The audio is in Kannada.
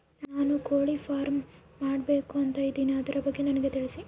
ನಾನು ಕೋಳಿ ಫಾರಂ ಮಾಡಬೇಕು ಅಂತ ಇದಿನಿ ಅದರ ಬಗ್ಗೆ ನನಗೆ ತಿಳಿಸಿ?